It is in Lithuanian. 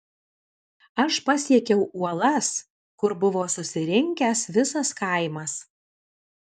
aš pasiekiau uolas kur buvo susirinkęs visas kaimas